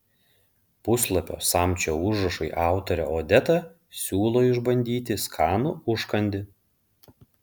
puslapio samčio užrašai autorė odeta siūlo išbandyti skanų užkandį